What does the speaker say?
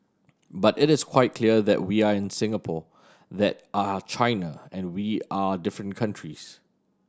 but it is quite clear that we are in Singapore that are China and we are different countries